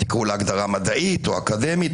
תקראו לה הגדרה מדעית או אקדמית,